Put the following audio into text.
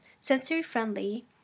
sensory-friendly